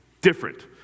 different